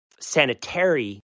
sanitary